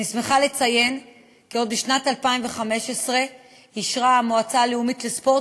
אני שמחה לציין כי עוד בשנת 2015 אישרה המועצה הלאומית לספורט